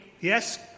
Yes